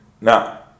Now